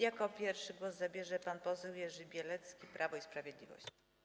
Jako pierwszy głos zabierze pan poseł Jerzy Bielecki, Prawo i Sprawiedliwość.